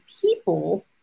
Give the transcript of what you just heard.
people